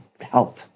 help